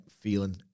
feeling